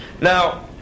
Now